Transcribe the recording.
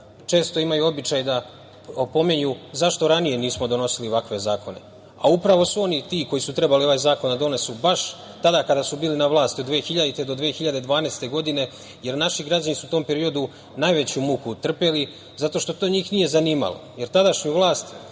Često imaju običaj da opominju zašto ranije nismo doneli ovakav zakon. Upravo su oni ti koji su trebali ovaj zakon da donesu, baš tada kada su bili na vlasti, od 2000. do 2012. godine, jer naši građani su u tom periodu najveću muku trpeli, zato što to njih nije zanimalo. Tadašnju vlast